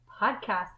podcast